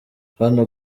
hano